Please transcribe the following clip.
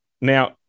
Now